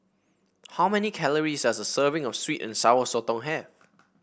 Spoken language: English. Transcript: how many calories does a serving of sweet and Sour Sotong have